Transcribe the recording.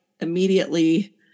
immediately